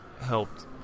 helped